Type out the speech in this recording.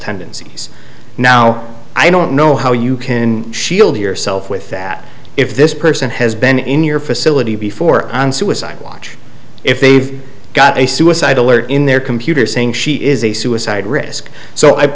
tendencies now i don't know how you can shield yourself with that if this person has been in your facility before on suicide watch if they've got a suicide alert in their computer saying she is a suicide risk so i